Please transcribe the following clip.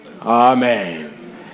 Amen